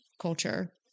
culture